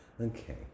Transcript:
Okay